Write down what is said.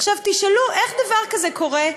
עכשיו, תשאלו: איך דבר כזה קורה?